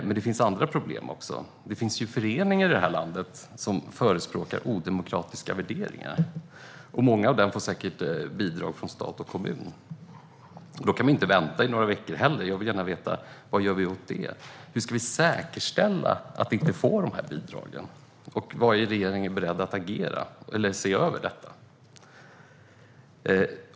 Men det finns också andra problem. Det finns föreningar i landet som förespråkar odemokratiska värderingar. Många av dem får säkert bidrag från stat och kommun. Då kan man inte heller vänta i några veckor. Jag vill gärna veta: Vad gör vi åt det? Hur ska vi säkerställa att de inte får de bidragen? Är regeringen beredd att se över detta?